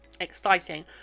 exciting